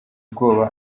ubwoba